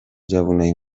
جوونای